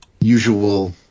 usual